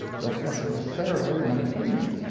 don't necessarily want to come here.